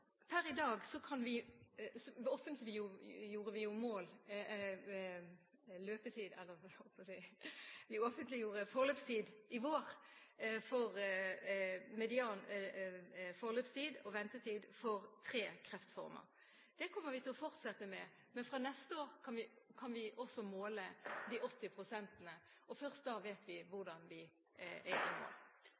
vi til å fortsette med. Men fra neste år kan vi også måle de 80 prosentene, og først da vet vi